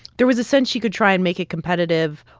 there was a sense she could try and make it competitive.